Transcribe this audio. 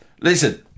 Listen